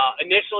Initially